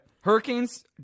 Hurricanes